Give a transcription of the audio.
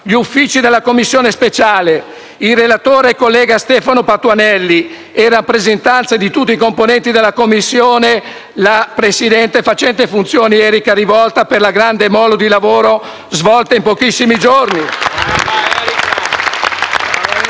gli uffici della Commissione speciale; il relatore collega Stefano Patuanelli e, in rappresentanza di tutti i componenti della Commissione, la Presidente facente funzioni Erica Rivolta per la grande mole di lavoro svolta in pochissimi giorni.